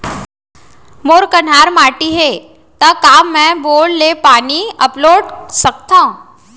मोर कन्हार माटी हे, त का मैं बोर ले पानी अपलोड सकथव?